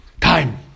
time